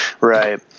Right